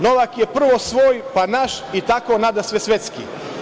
Novak je prvo svoj, pa naš i tako nadasve svetski.